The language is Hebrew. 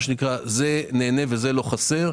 זה נהנה וזה לא חסר.